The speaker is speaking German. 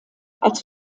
als